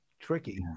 tricky